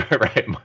right